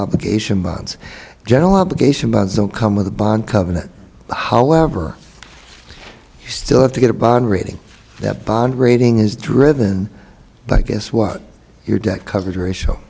obligation bonds general obligation doesn't come with a bond covenant however you still have to get a bond rating that bond rating is driven by guess what your debt coverage ratio